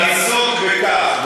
עיסוק בכך,